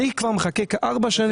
אני כבר מחכה כארבע שנים.